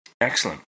Excellent